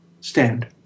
stand